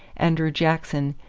andrew jackson,